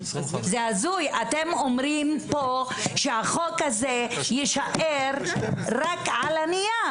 אתם אומרים כאן שהחוק הזה יישאר רק על הנייר.